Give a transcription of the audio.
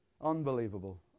Unbelievable